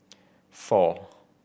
four